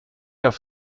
auf